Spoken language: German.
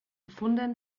funden